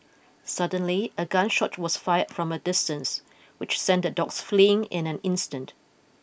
suddenly a gun shot was fired from a distance which sent the dogs fleeing in an instant